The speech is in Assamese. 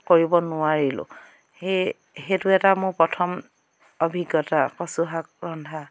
কৰিব নোৱাৰিলোঁ সেই সেইটো এটা মোৰ প্ৰথম অভিজ্ঞতা কচু শাক ৰন্ধা